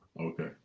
okay